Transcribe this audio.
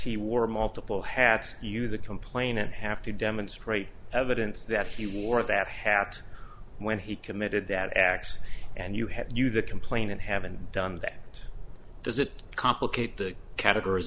he wore multiple hats you the complainant have to demonstrate evidence that he wore that hat when he committed that x and you had you the complainant haven't done that does it complicate the categori